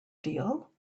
deal